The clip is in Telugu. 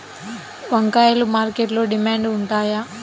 వంకాయలు మార్కెట్లో డిమాండ్ ఉంటాయా?